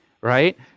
right